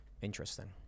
Interesting